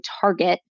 target